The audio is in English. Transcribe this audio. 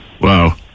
Wow